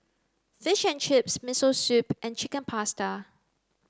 fish and chips Miso Soup and Chicken Pasta